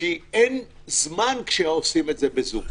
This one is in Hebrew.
כי אין זמן כשעושים את זה בזום.